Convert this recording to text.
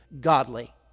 godly